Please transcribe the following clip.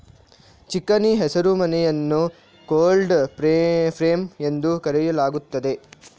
ಚಿಕಣಿ ಹಸಿರುಮನೆಯನ್ನು cold frame ಎಂದು ಕರೆಯಲಾಗುತ್ತದೆ